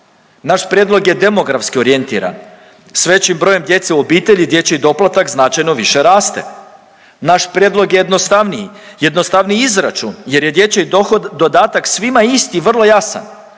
Naš prijedlog je demografski orijentiran. S većim brojem djece u obitelji, dječji doplatak značajno više raste. Naš prijedlog je jednostavniji, jednostavniji izračun jer je dječji dodatak svima isti vrlo jasan,